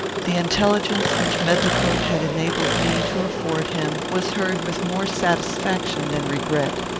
the intelligence which medlicote had enabled me to afford him was heard with more satisfaction than regret.